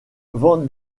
van